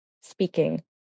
speaking